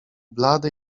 blady